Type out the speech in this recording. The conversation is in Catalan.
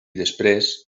després